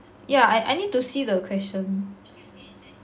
yeah I I need to see the question